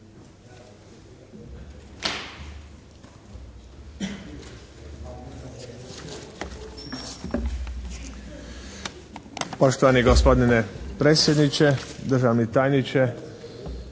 Poštovani gospodine predsjedniče, državni tajniče,